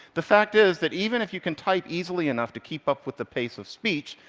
the fact is that even if you can type easily enough to keep up with the pace of speech,